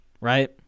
right